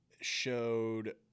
showed